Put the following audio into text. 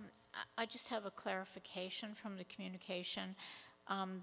but i just have a clarification from the communication